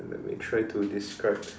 let me try to describe